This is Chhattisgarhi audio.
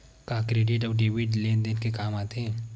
का क्रेडिट अउ डेबिट लेन देन के काम आथे?